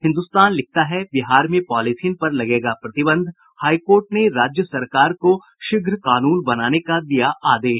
हिन्दुस्तान लिखता है बिहार में पॉलिथीन पर लगेगा प्रतिबंध हाई कोर्ट ने राज्य सरकार को शीघ्र कानून बनाने का दिया आदेश